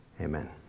Amen